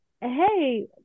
hey